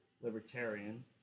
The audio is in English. libertarian